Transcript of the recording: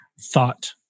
Thought